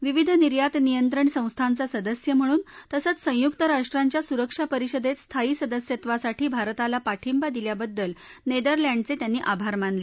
विविध निर्यात नियंत्रण संस्थांचा सदस्य म्हणून तसंव संयुक राष्ट्रांच्या सुरक्षा परिषदेत स्थायी सदस्यत्वासाठी भारताला पाठिंबा दिल्याबद्दल नेदरलँडचे त्यांनी आभार मानले